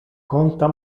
conta